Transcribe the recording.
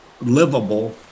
livable